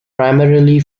primarily